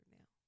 now